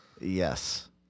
Yes